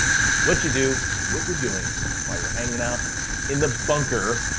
what you do and what you're doing while you're hanging out in the bunker,